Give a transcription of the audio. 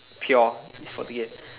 pure